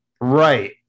right